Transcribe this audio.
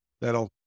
that'll